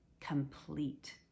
complete